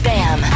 Bam